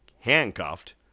handcuffed